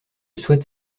souhaite